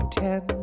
ten